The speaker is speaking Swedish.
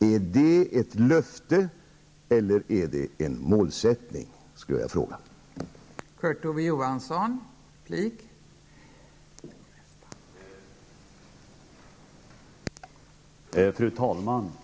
Är det ett löfte eller är det en målsättning, skulle jag vilja fråga.